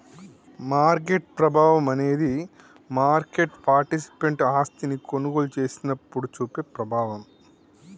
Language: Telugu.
మార్కెట్ ప్రభావం అనేది మార్కెట్ పార్టిసిపెంట్ ఆస్తిని కొనుగోలు చేసినప్పుడు చూపే ప్రభావం